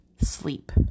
sleep